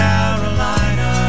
Carolina